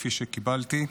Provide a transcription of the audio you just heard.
כפי שקיבלתי.